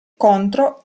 contro